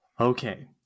Okay